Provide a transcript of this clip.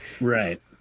Right